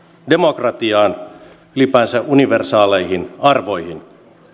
demokratiaan ylipäänsä universaaleihin arvoihin